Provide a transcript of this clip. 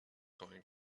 going